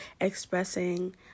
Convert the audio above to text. expressing